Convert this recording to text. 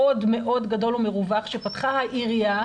מאוד מאוד גדול ומרווח שפתחה העירייה,